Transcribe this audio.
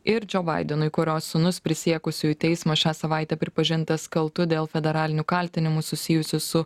ir džo baidenui kurio sūnus prisiekusiųjų teismo šią savaitę pripažintas kaltu dėl federalinių kaltinimų susijusių su